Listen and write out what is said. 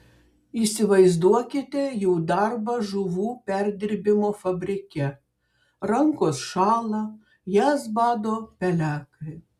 įsivaizduokite jų darbą žuvų perdirbimo fabrike rankos šąla jas bado pelekai